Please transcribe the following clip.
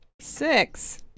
Six